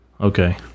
okay